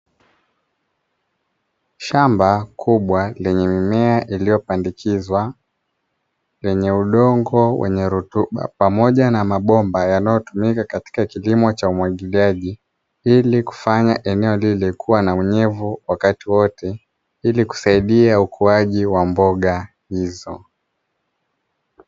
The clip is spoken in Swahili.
Shamba kubwa lenye mimea iliyopandikizwa, lenye udongo wenye rutuba pamoja na mabomba yanayotumika katika kilimo cha umwagiliaji ili kufanya eneo lile lilikuwa na unyevu wakati wote ili kusaidia ukuaji wa mboga hizo.